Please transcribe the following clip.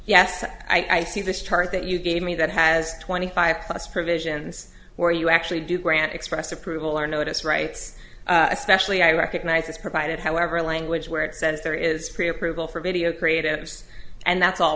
yes i see this chart that you gave me that has twenty five plus provisions where you actually do grant express approval or notice rights especially i recognize as provided however language where it says there is a approval for video creatives and that's all